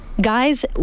Guys